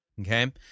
Okay